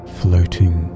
floating